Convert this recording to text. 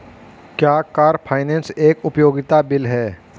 क्या car finance एक उपयोगिता बिल है?